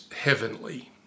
heavenly